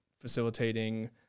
facilitating